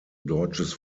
deutsches